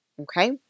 Okay